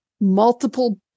multiple